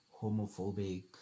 homophobic